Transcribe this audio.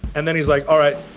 and then he's like, all right,